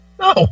No